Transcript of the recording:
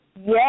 Yes